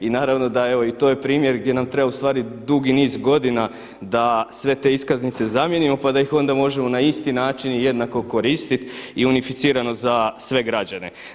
I naravno da evo i to je primjer gdje nam treba ustvari dugi niz godina da sve te iskaznice zamijenimo pa da ih onda možemo na isti način jednako koristiti i unificirano za sve građane.